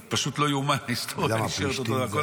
זה פשוט לא ייאמן, ההיסטוריה נשארת אותו דבר.